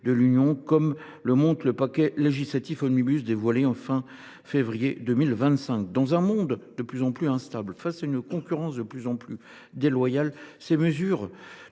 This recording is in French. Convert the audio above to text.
de l’Union, comme le montre le paquet législatif omnibus dévoilé à la fin du mois de février. Dans un monde de plus en plus instable, face à une concurrence de plus en plus déloyale, ces mesures